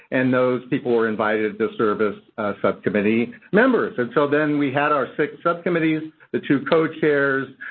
and those people were invited to serve as subcommittee members. and so then, we had our six subcommittees, the two co-chairs,